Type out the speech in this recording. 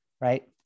right